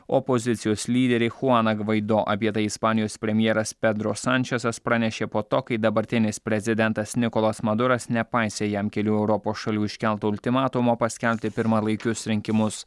opozicijos lyderį chuaną gvaido apie tai ispanijos premjeras pedro sančezas pranešė po to kai dabartinis prezidentas nikolas maduras nepaisė jam kelių europos šalių iškelto ultimatumo paskelbti pirmalaikius rinkimus